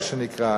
מה שנקרא,